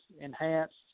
enhanced